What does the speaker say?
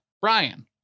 Brian